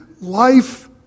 life